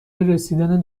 رسیدن